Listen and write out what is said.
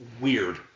weird